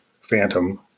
phantom